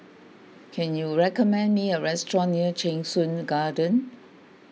can you recommend me a restaurant near Cheng Soon Garden